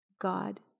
God